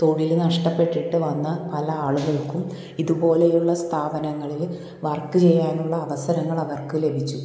തൊഴിൽ നഷ്ടപ്പെട്ടിട്ട് വന്ന പല ആളുകൾക്കും ഇതുപോലെയുള്ള സ്ഥാപനങ്ങളിൽ വർക്ക് ചെയ്യാനുള്ള അവസരങ്ങൾ അവർക്ക് ലഭിച്ചു